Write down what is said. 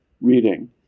reading